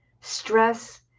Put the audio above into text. stress